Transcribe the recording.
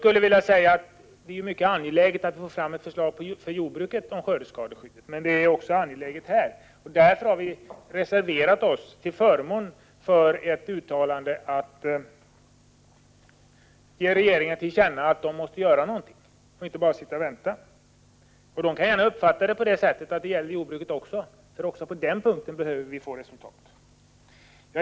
Det är mycket angeläget att få fram ett förslag om skördeskadeskyddet för jordbrukets del, men det är också angeläget för trädgårdsnäringen. Därför har vi reserverat oss till förmån för ett uttalande att riksdagen ger regeringen till känna att något måste göras — att man inte bara får sitta och vänta. Regeringen må gärna uppfatta det så att detta även gäller jordbruket. Också på den punkten behöver vi få resultat.